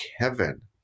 Kevin